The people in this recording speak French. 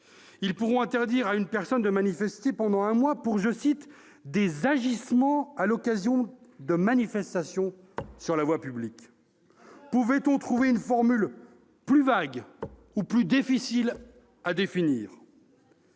Ils pourront interdire une personne de manifester pendant un mois pour des « agissements à l'occasion de manifestations sur la voie publique ». C'est très bien ! Pouvait-on trouver formulation plus vague ou plus difficile à définir ?